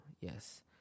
Yes